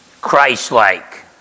Christ-like